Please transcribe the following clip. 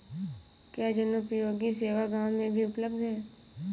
क्या जनोपयोगी सेवा गाँव में भी उपलब्ध है?